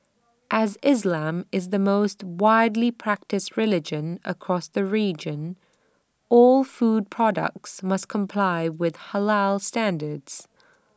as islam is the most widely practised religion across the region all food products must comply with Halal standards